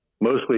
mostly